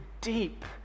deep